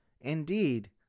Indeed